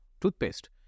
toothpaste